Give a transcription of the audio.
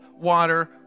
water